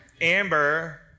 Amber